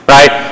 Right